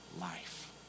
life